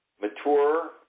mature